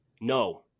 No